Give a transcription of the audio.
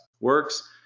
works